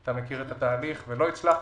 אתה מכיר את התהליך ולא הצלחנו.